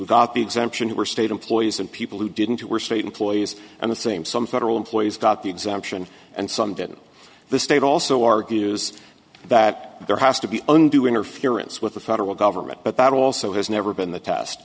got the exemption who were state employees and people who didn't who were state employees and the same some federal employees got the exemption and some didn't the state also argues that there has to be undue interference with the federal government but that also has never been the test